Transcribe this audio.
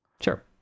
Sure